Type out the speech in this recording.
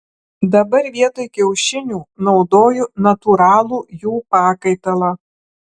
dabar vietoj kiaušinių naudoju natūralų jų pakaitalą